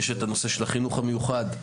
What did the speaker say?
יש את הנושא של החינוך המיוחד,